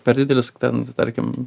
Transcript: per didelis ten tarkim